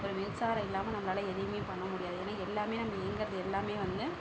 ஒரு மின்சாரம் இல்லாமல் நம்மளால எதையுமே பண்ண முடியாது ஏன்னா எல்லாமே நம்ம இயங்குறது எல்லாமே வந்து